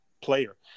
player